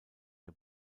der